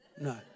No